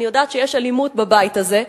אני יודעת שיש אלימות בבית הזה,